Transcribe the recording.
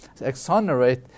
exonerate